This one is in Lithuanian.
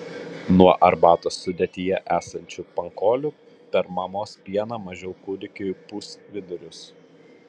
nuo arbatos sudėtyje esančių pankolių per mamos pieną mažiau kūdikiui pūs vidurius